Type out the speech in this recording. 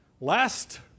Last